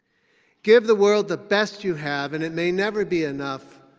give the world the best you have, and it may never be enough.